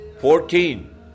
Fourteen